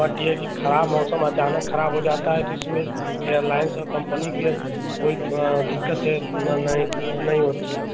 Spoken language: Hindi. बट ये है कि खराब मौसम अचानक खराब हो जाता है तो इसमें एयरलाइन्स और कंपनी के कोई दिक्कत नहीं होती